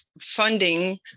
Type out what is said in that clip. funding